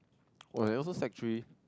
when I also sec three